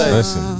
listen